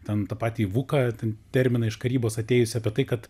ten tą patį vuką ten terminą iš karybos atėjusį apie tai kad